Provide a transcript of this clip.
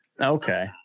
Okay